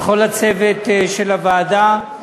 ולכל הצוות של הוועדה,